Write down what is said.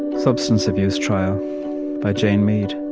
substance abuse trial by jane mead